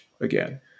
again